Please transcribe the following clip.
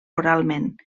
oralment